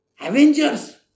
Avengers